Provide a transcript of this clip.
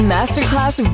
Masterclass